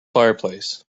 fireplace